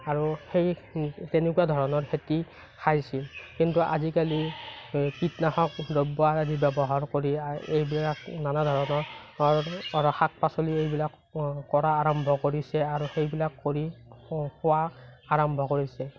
আৰু সেই তেনেকুৱা ধৰণৰ খেতি খাইছিল কিন্তু আজিকালি কিটনাশক দ্ৰব্য আদি ব্যৱহাৰ কৰি এইবিলাক নানা ধৰণৰ শাক পাচলি এইবিলাক কৰা আৰম্ভ কৰিছে আৰু সেইবিলাক কৰি খো খোৱা আৰম্ভ কৰিছে